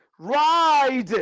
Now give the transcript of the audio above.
Ride